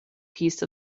piece